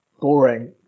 boring